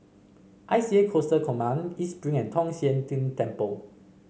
I C A Coastal Command East Spring and Tong Sian Tng Temple